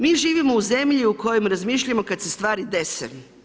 Mi živimo u zemlji u kojoj razmišljamo kada se stvari dese.